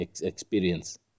experience